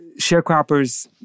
sharecroppers